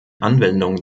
anwendung